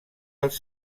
als